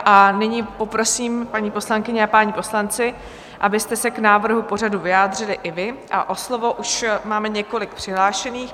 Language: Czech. A nyní poprosím, paní poslankyně a páni poslanci, abyste se k návrhu pořadu vyjádřili i vy, a o slovo už máme několik přihlášených.